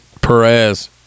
Perez